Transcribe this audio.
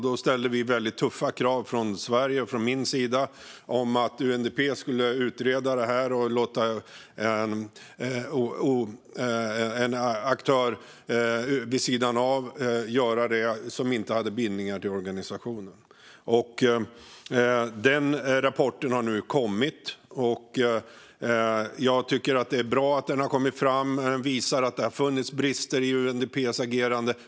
Då ställde vi väldigt tuffa krav från Sveriges och min sida på UNDP att utreda detta och att låta en aktör vid sidan av, som inte hade bindningar till organisationen, göra detta. Rapporten har nu kommit. Jag tycker att det är bra att den har kommit fram. Den visar att det har funnits brister i UNDP:s agerande.